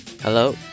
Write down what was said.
Hello